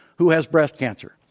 who has breast cancer.